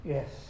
Yes